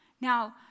Now